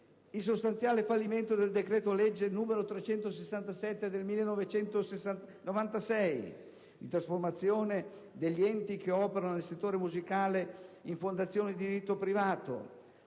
il sostanziale fallimento del decreto legislativo n. 367 del 1996 di trasformazione degli enti che operano nel settore musicale in fondazioni di diritto privato,